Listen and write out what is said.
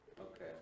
Okay